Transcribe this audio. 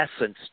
essence